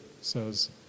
says